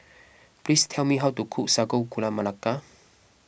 please tell me how to cook Sago Gula Melaka